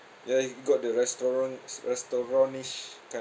ya it got the restaurant restaurantish kind